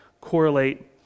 correlate